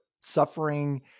suffering